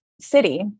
City